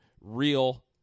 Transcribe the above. real